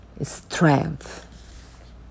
strength